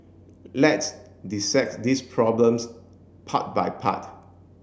let's dissect this problems part by part